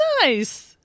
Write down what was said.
nice